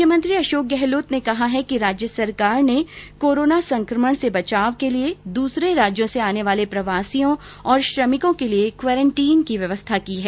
मुख्यमंत्री अशोक गहलोत ने कहा है कि राज्य सरकार ने कोरोना संक्रमण से बचाव के लिए दूसरे राज्यों से आने वाले प्रवासियों और श्रमिकों के लिए क्वारेंटीन की व्यवस्था की है